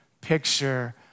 picture